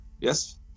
Yes